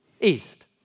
East